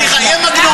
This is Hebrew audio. רק רגע, שנייה, שנייה.